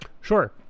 Sure